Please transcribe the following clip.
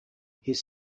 his